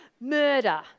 murder